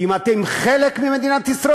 אם אתם חלק ממדינת ישראל,